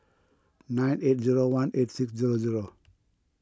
nine eight zero one eight six zero zero